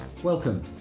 Welcome